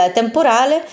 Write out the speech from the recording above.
temporale